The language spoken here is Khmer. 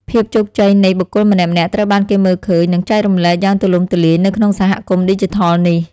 ភាពជោគជ័យនៃបុគ្គលម្នាក់ៗត្រូវបានគេមើលឃើញ និងចែករំលែកយ៉ាងទូលំទូលាយនៅក្នុងសហគមន៍ឌីជីថលនេះ។